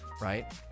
right